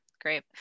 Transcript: great